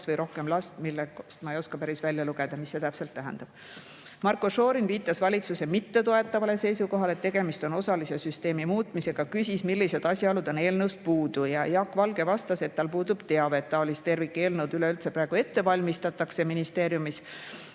või rohkem last. Sellest ma ei oska päris välja lugeda, mida see täpselt tähendab. Marko Šorin viitas valitsuse mittetoetavale seisukohale, et tegemist on osalise süsteemi muutmisega. Ta küsis, millised asjaolud on eelnõust puudu. Jaak Valge vastas, et tal puudub teave, et taolist tervikeelnõu üldse praegu ministeeriumis